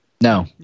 No